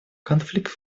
конфликт